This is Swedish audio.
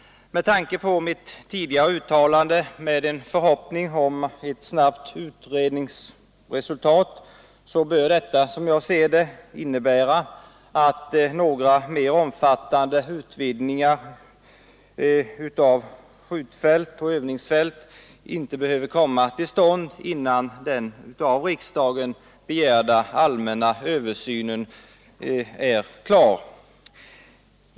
Med tanke på mitt tidigare uttalande, med en förhoppning om ett snabbt utredningsresultat, bör detta såsom jag ser det innebära att några mer omfattande utvidgningar av skjutfält och övningsfält inte behöver komma till stånd innan den av riksdagen begärda allmänna översynen är klar.